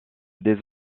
des